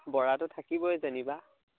বৰাটো থাকিবই যেনিবা